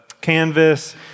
canvas